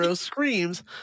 screams